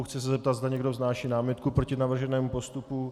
Chci se zeptat, zda někdo vznáší námitku proti navrženému postupu.